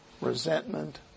resentment